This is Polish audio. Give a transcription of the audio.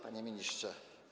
Panie Ministrze!